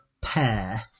pair